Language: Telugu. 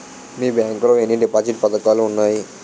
మీ బ్యాంక్ లో ఎన్ని డిపాజిట్ పథకాలు ఉన్నాయి?